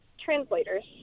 translators